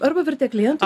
arba arba vertė klientui